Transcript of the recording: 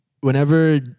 whenever